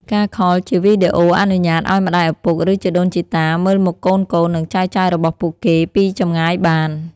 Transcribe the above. ការខលជាវីដេអូអនុញ្ញាតិឱ្យម្ដាយឪពុក ឬ ជីដូនជីតា មើលមុខកូនៗ និងចៅៗរបស់ពួកគេពីចម្ងាយបាន។